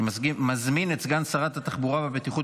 אני מזמין את סגן שרת התחבורה והבטיחות